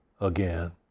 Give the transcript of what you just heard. again